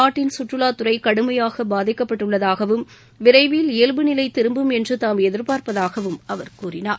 நாட்டின் கற்றுலாத் துறை கடுமையாக பாதிக்கப்பட்டுள்ளதாகவும் விரைவில் இயல்பு நிலை திரும்பும் என்று தாம் எதிர்ப்பார்ப்பதாகவும் அவர் கூறினார்